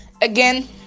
again